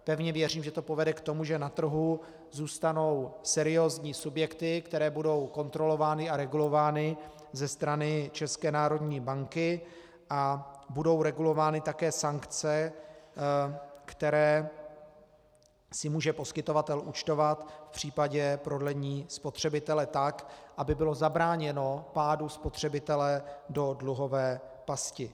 Pevně věřím, že to povede k tomu, že na trhu zůstanou seriózní subjekty, které budou kontrolovány a regulovány ze strany České národní banky, a budou regulovány také sankce, které si může poskytovatel účtovat v případě prodlení spotřebitele tak, aby bylo zabráněno pádu spotřebitele do dluhové pasti.